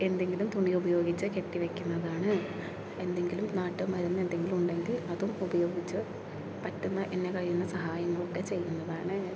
എന്തെങ്കിലും തുണി ഉപയോഗിച്ച് കെട്ടിവെക്കുന്നതാണ് എന്തെങ്കിലും നാട്ടു മരുന്ന് എന്തെങ്കിലും ഉണ്ടെങ്കിൽ അതും ഉപയോഗിച്ച് പറ്റുന്ന എന്നാൽ കഴിയുന്ന സഹായങ്ങൾ ഒക്കെ ചെയ്യുന്നതാണ്